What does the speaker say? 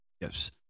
Yes